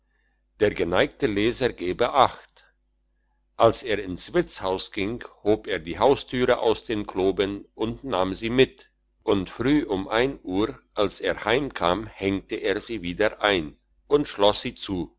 der geneigte leser gebe acht als er ins wirtshaus ging hob er die haustüre aus den kloben und nahm sie mit und früh um ein uhr als er heimkam hängt er sie wieder ein und schloss sie zu